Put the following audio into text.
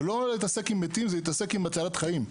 זה לא להתעסק עם מתים, זה להתעסק עם הצלת חיים.